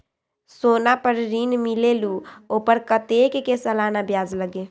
सोना पर ऋण मिलेलु ओपर कतेक के सालाना ब्याज लगे?